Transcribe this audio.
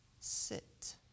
Sit